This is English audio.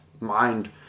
mind